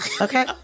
Okay